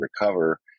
recover